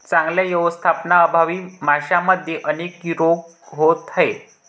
चांगल्या व्यवस्थापनाअभावी माशांमध्ये अनेक रोग होत आहेत